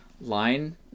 line